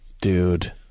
Dude